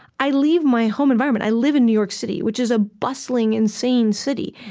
i leave my home environment. i live in new york city, which is a bustling, insane city.